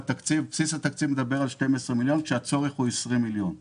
בסיס התקציב הוא 12 מיליון שקל כאשר הצורך הוא 20 מיליון שקל.